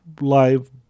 live